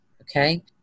okay